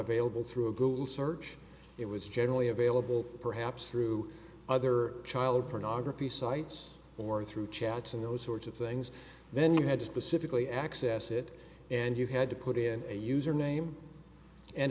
available through a google search it was generally available perhaps through other child pornography sites or through chats and those sorts of things then you had to specifically access it and you had to put in a user name and